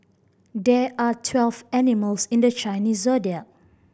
there are twelve animals in the Chinese Zodiac